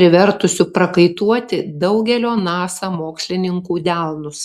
privertusiu prakaituoti daugelio nasa mokslininkų delnus